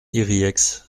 yrieix